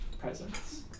presence